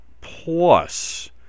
plus